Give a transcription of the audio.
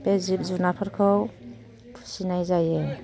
बे जिब जुनादफोरखौ फुसिनाय जायो